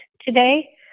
today